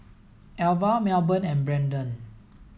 Alvah Melbourne and Brendan